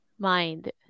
mind